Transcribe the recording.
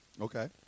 Okay